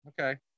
Okay